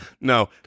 No